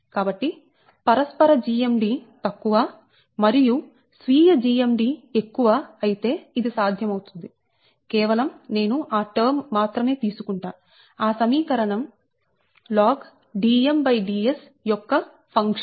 కాబట్టి పరస్పర GMD తక్కువ మరియు స్వీయ GMD ఎక్కువ అయితే ఇది సాధ్యమవుతుంది కేవలం నేను ఆ టర్మ్ మాత్రమే తీసుకుంటా ఆ సమీకరణం logDm Ds యొక్క ఫంక్షన్